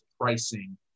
pricing